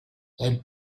elle